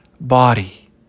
body